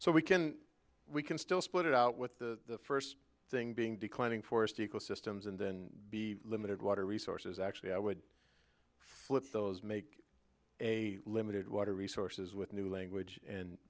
so we can we can still split it out with the first thing being declining forest ecosystems and then be limited water resources actually i would flip those make a limited water resources with new language and